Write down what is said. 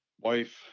wife